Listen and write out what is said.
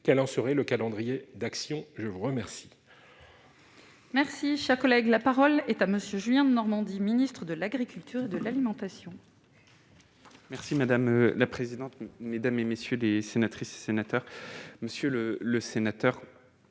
quel en serait le calendrier d'action, je vous remercie. Merci, cher collègue, la parole est à monsieur Julien Denormandie Ministre de l'agriculture, de l'alimentation. Merci madame la présidente, mesdames et messieurs les sénatrices et sénateurs monsieur le le sénateur